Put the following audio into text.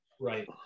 Right